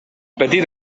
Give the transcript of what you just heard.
petit